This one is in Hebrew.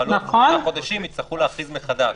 ובחלוף שלושה חודשים יצטרכו להכריז מחדש.